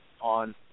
On